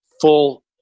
full